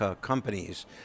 companies